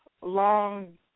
long